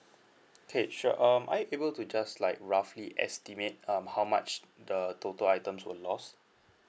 okay sure um are you able to just like roughly estimate um how much the total items were lost